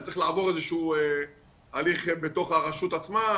זה צריך לעבור הליך בתוך הרשות עצמה,